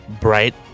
bright